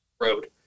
road